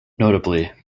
notably